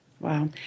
Wow